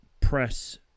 press